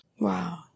Wow